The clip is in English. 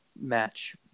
match